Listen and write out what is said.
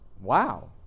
Wow